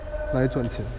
拿来赚钱